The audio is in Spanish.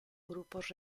grupos